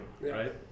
right